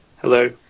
Hello